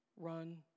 run